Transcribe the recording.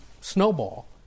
snowball